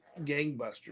gangbusters